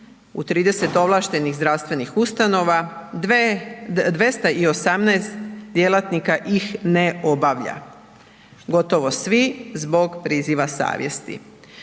u 30 ovlaštenih zdravstvenih ustanova, 218 djelatnika ih ne obavlja. Gotovo svi zbog priziva savjesti.